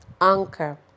Anchor